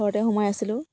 ঘৰতে সোমাই আছিলোঁ